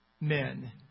men